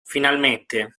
finalmente